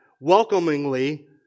welcomingly